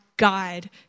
guide